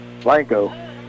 Blanco